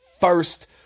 first